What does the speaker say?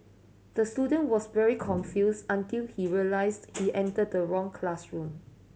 the student was very confused until he realised he entered the wrong classroom